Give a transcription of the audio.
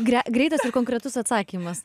gre greitas ir konkretus atsakymas